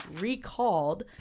recalled